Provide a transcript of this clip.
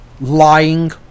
lying